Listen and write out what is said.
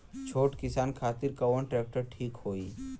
छोट किसान खातिर कवन ट्रेक्टर ठीक होई?